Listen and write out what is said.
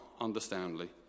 understandably